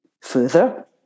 Further